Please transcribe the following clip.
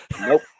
Nope